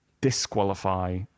disqualify